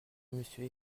monsieur